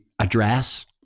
address